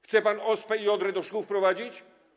Chce pan ospę i odrę do szkół wprowadzić?